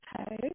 Okay